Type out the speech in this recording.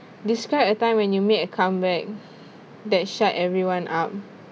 describe a time when you made a comeback that shut everyone up